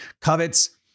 covets